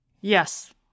Yes